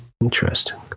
Interesting